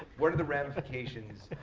what are the ramifications